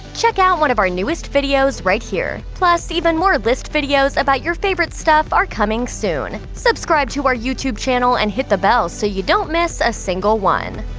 check out one of our newest videos right here! plus, even more list videos about your favorite stuff are coming soon. subscribe to our youtube channel and hit the bell so you don't miss a single one.